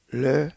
le